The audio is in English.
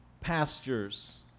pastures